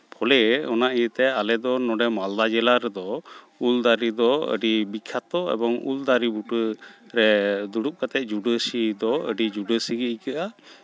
ᱵᱚᱞᱮ ᱚᱱᱟ ᱤᱭᱟᱹᱛᱮ ᱟᱞᱮ ᱫᱚ ᱱᱚᱰᱮ ᱢᱟᱞᱫᱟ ᱡᱮᱞᱟ ᱨᱮᱫᱚ ᱩᱞ ᱫᱟᱨᱮ ᱫᱚ ᱟᱹᱰᱤ ᱵᱤᱠᱠᱷᱟᱛᱚ ᱮᱵᱚᱝ ᱩᱞ ᱫᱟᱨᱮ ᱵᱩᱴᱟᱹ ᱨᱮ ᱫᱩᱲᱩᱵ ᱠᱟᱛᱮᱫ ᱡᱩᱰᱟᱹᱥᱤ ᱫᱚ ᱟᱹᱰᱤ ᱡᱩᱰᱟᱹᱥᱤ ᱜᱮ ᱟᱹᱭᱠᱟᱹᱜᱼᱟ